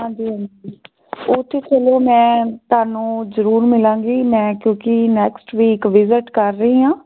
ਹਾਂਜੀ ਹਾਂਜੀ ਉੱਥੇ ਚਲੋ ਮੈਂ ਤੁਹਾਨੂੰ ਜ਼ਰੂਰ ਮਿਲਾਂਗੀ ਮੈਂ ਕਿਉਂਕਿ ਨੈਕਸਟ ਵੀਕ ਵਿਜਿਟ ਕਰ ਰਹੀ ਹਾਂ